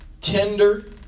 tender